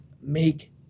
make